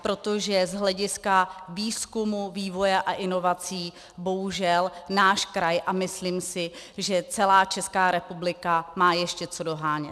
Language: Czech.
Protože z hlediska výzkumu, vývoje a inovací bohužel náš kraj a myslím si, že celá Česká republika, má ještě co dohánět.